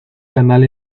canal